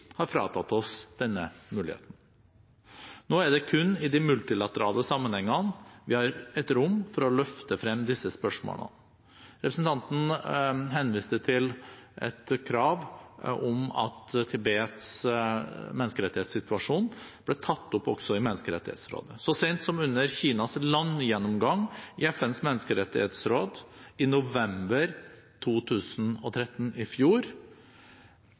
har fratatt oss denne muligheten. Nå er det kun i de multilaterale sammenhengene vi har et rom for å løfte frem disse spørsmålene. Representanten henviste til et krav om at Tibets menneskerettighetssituasjon ble tatt opp også i Menneskerettighetsrådet. Så sent som under Kinas landgjennomgang i FNs menneskerettighetsråd i november i fjor